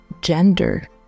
gender